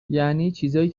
یعنی، چیزایی